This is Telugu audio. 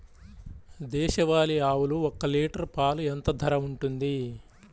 దేశవాలి ఆవులు ఒక్క లీటర్ పాలు ఎంత ధర ఉంటుంది?